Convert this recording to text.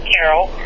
Carol